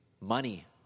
money